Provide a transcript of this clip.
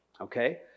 okay